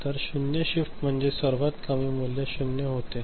तर शून्य शिफ्ट म्हणजे सर्वात कमी मूल्य शून्य होते